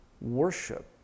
worship